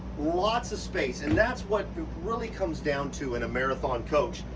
lots of space, and that's what it really comes down to in a marathon coach,